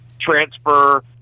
transfer